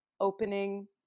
opening